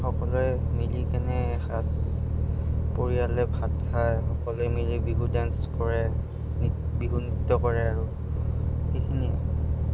সকলোৱে মিলি কেনে এসাজ পৰিয়ালে ভাত খায় সকলোৱে মিলি বিহু ডান্স কৰে বিহু নৃত্য কৰে আৰু সেইখিনিয়ে